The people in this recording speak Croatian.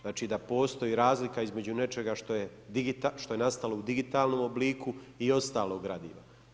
Znači da postoji razlika između nečega što je nastalo u digitalnom obliku i ostalog gradiva.